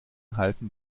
halten